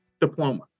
diploma